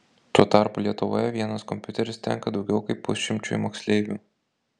tuo tarpu lietuvoje vienas kompiuteris tenka daugiau kaip pusšimčiui moksleivių